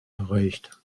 erreicht